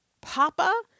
Papa